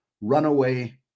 runaway